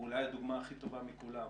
הוא אולי הדוגמה הכי טובה מכולן.